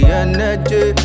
energy